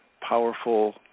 powerful